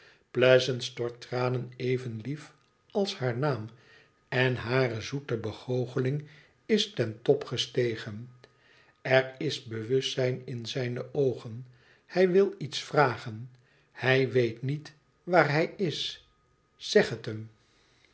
pleasant stort tranen even lief als haar naara en hare zoete begoocheling is ten top gestegen er is bewustzijn in zijne oogen hij wil iets vragen hij weet niet waar hij is zeg het hem